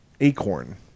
Acorn